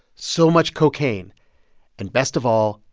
so much cocaine and best of all,